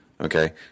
Okay